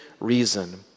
reason